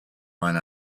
run